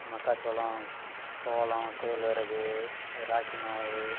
மக்காச்சோளம் சோளம் கேழ்வரகு ராக்கி மாவு